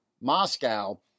Moscow